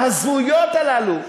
ההזויות הללו,